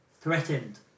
threatened